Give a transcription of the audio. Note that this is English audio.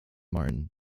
martin